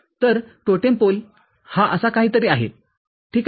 तर totem pole हा असा काहीतरी आहे ठीक आहे